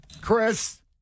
Chris